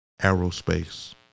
aerospace